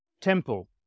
temple